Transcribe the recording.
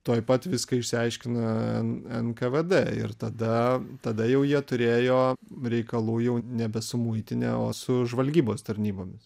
tuoj pat viską išsiaiškina en nkvd ir tada tada jau jie turėjo reikalų jau nebe su muitine o su žvalgybos tarnybomis